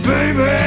Baby